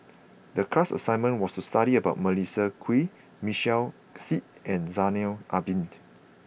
the class assignment was to study about Melissa Kwee Michael Seet and Zainal Abidin